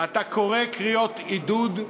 אתה קורא קריאות עידוד,